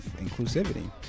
inclusivity